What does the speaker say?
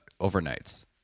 overnights